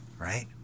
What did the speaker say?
Right